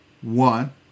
One